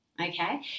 okay